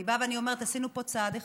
אני באה ואני אומרת: עשינו פה צעד אחד.